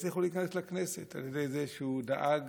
הצליחו להיכנס לכנסת, על ידי זה שהוא דאג